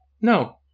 No